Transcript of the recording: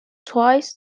twice